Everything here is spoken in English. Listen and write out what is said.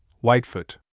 Whitefoot